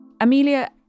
Amelia